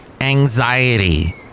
Anxiety